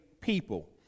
people